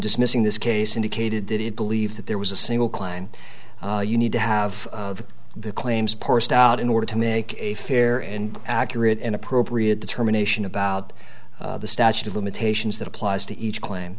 dismissing this case indicated that it believed that there was a single climb you need to have the claims parsed out in order to make a fair and accurate and appropriate determination about the statute of limitations that applies to each cla